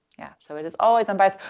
yeah, so it is always unbiased.